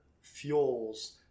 fuels